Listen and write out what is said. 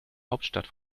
hauptstadt